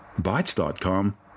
Bytes.com